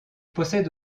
possède